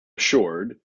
assured